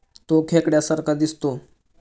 तो खेकड्या सारखा दिसतो